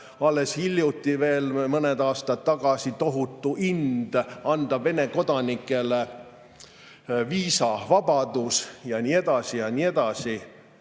alles hiljuti veel, mõned aastad tagasi, tohutu ind anda Vene kodanikele viisavabadus ja nii edasi ja nii edasi.